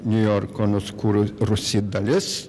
niujorko nuskurusi dalis